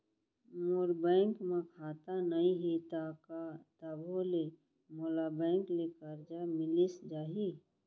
मोर bank म खाता नई हे त का तभो ले मोला बैंक ले करजा मिलिस जाही?